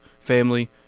family